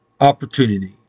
opportunity